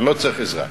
אני לא צריך עזרה.